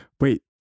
wait